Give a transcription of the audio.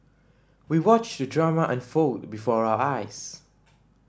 we watched the drama unfold before our eyes